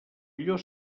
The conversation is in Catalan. allò